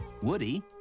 Woody